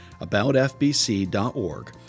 aboutfbc.org